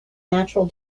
natural